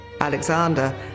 alexander